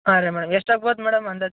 ಹಾಂ ರೀ ಮೇಡಮ್ ಎಷ್ಟು ಆಗ್ಬೋದು ಮೇಡಮ್ ಅಂದಾಜು